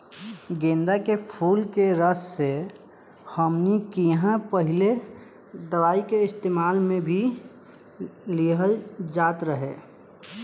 गेन्दा के फुल के रस से हमनी किहां पहिले दवाई के इस्तेमाल मे भी लिहल जात रहे